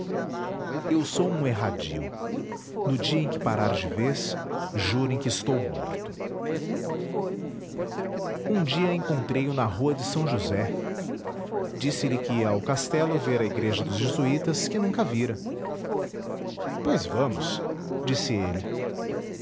eu sou um erradio no dia em que parar de vez jurem que estou morto www nead unama br um dia encontrei-o na rua de s josé disse-lhe que ia ao castelo ver a igreja dos jesuítas que nunca vira pois vamos disse ele